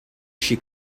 she